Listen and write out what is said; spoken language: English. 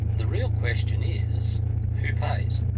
the real question is who pays?